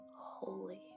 holy